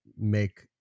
make